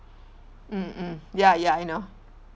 mm mm ya ya I know